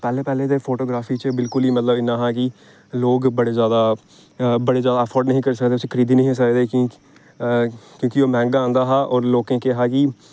पैह्लें पैह्लें जेह्ड़ी फोटोग्राफी च बिलकुल इ'यां हा कि लोक बड़े जैदा बड़े जैदा अफोर्ड नेईं ही करी सकदे इसी खरीदी नेईं ही सकदे क्योंकि क्योंकि एह् मैंह्गा आंदा हा होर लोकें गी केह् हा कि